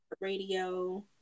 Radio